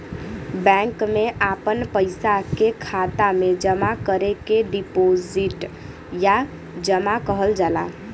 bank मे आपन पइसा के खाता मे जमा करे के डीपोसिट या जमा कहल जाला